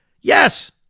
Yes